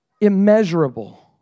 immeasurable